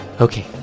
Okay